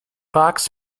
box